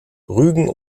rügen